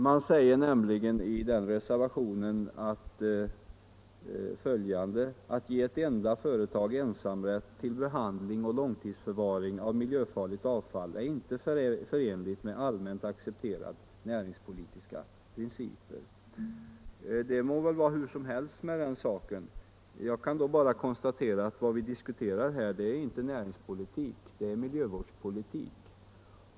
Man säger nämligen i reservationen bl.a. följande: ”Att ge ett enda företag ensamrätt till behandling och långtidsförvaring av miljöfarligt avfall är inte förenligt med allmänt accepterade näringspolitiska principer.” Det må vara hur som helst med den saken. Jag kan då bara konstatera att vad vi diskuterar här är inte näringspolitik — det är miljövårdspolitik.